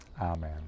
Amen